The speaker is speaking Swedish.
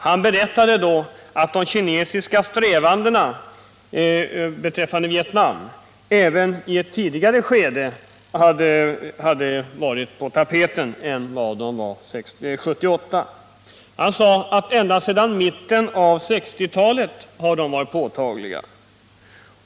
Han berättade då att de kinesiska strävandena beträffande Vietnam hade varit på tapeten även före 1978. Han sade att ända sedan mitten av 1960-talet har dessa strävanden varit påtagliga.